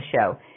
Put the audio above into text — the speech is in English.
show